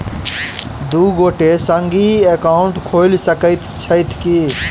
दु गोटे संगहि एकाउन्ट खोलि सकैत छथि की?